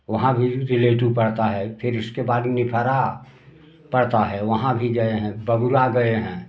वहाँ भी रिलेटिव पड़ता है फिर इसके बाद निफरा पड़ता है वहाँ भी गए हैं बबुरा गए हैं